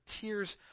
tears